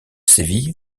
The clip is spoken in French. séville